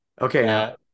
okay